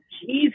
Jesus